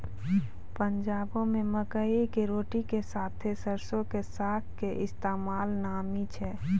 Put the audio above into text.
पंजाबो मे मकई के रोटी के साथे सरसो के साग के इस्तेमाल नामी छै